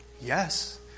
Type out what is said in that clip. Yes